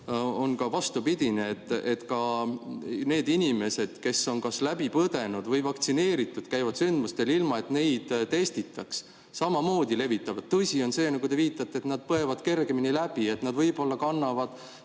on ka vastupidine: ka need inimesed, kes on kas läbi põdenud või vaktsineeritud, käivad sündmustel, ilma et neid testitaks, ja nad samamoodi levitavad viirust. Tõsi on see, nagu te viitate, et nad põevad kergemini läbi. Nad võib-olla kannavad